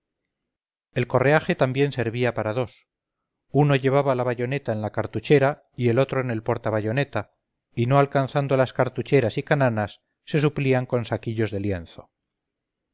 el correaje también servía para dos uno llevaba la bayoneta en la cartuchera y el otro en el porta bayoneta y no alcanzando las cartucheras y cananas se suplían con saquillos de lienzo